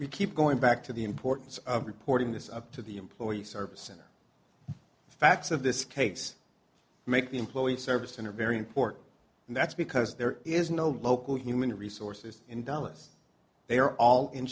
we keep going back to the importance of reporting this up to the employee service center the facts of this case make the employees service and are very important and that's because there is no local human resources in dallas they are all in